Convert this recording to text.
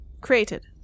created